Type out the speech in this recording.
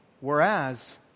Whereas